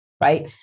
Right